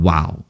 Wow